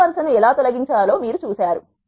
నిలువు వరు సను ఎలా తొలగించాలో మీరు చూశారు